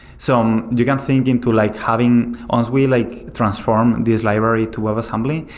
so um you can think into like having once we like transform this library to webassembly,